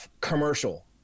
commercial